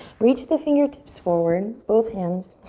reach the fingertips forward. both hands